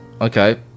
okay